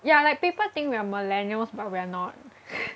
ya like people think we are millennials but we're not